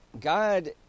God